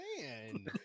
man